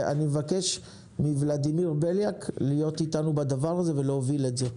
אני מבקש מולדימיר בליאק להיות איתנו בדבר הזה ולהוביל את זה.